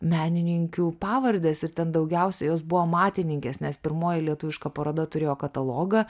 menininkių pavardes ir ten daugiausia jos buvo matininkės nes pirmoji lietuviška paroda turėjo katalogą